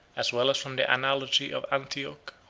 as well as from the analogy of antioch,